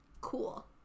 cool